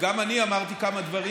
וגם אני אמרתי כמה דברים.